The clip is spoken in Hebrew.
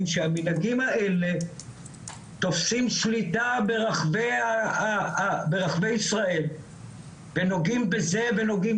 שהמנהגים האלה תופסים שליטה ברחבי ישראל ונוגעים בזה ונוגעים